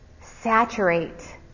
saturate